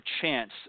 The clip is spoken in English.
chance